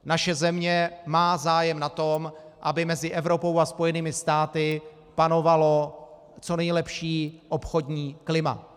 Naše země má zájem na tom, aby mezi Evropou a Spojenými státy panovalo co nejlepší obchodní klima.